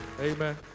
Amen